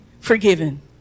forgiven